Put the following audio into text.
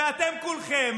ואתם כולכם